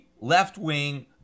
left-wing